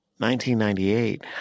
1998